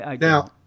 Now